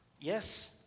Yes